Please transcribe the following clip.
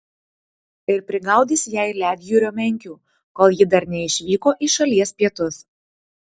ir prigaudys jai ledjūrio menkių kol ji dar neišvyko į šalies pietus